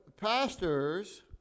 pastors